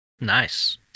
nice